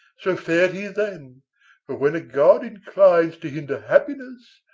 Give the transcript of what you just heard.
so fared he then but when a god inclines to hinder happiness,